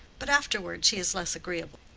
but afterward she is less agreeable.